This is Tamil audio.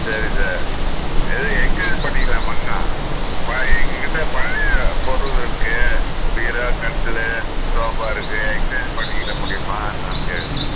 சரி சார் இது எக்ஸ்சேஞ்ச் பண்ணிக்கலாமா பழைய எங்கக்கிட்ட பழைய பொருள் இருக்குது பீரோ கட்டில் சோஃபா இருக்குது எக்ஸ்சேஞ்ச் பண்ணிக்கிற முடியுமா என்னென்னு கேக்கிறேன்